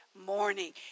Morning